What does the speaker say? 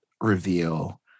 reveal